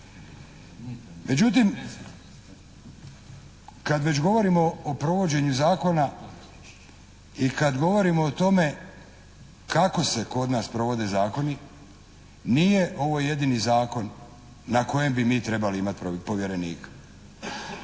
Međutim, kad već govorimo o provođenju zakona i kad govorimo o tome kako se kod nas provode zakoni nije ovo jedini zakon na kojem bi mi trebali imati povjerenika.